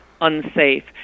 unsafe